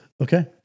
Okay